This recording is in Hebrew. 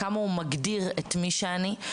כמה הוא מגדיר את מי שאני.